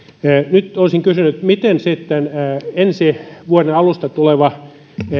nyt olisin kysynyt miten näette että ensi vuoden alusta tulevaa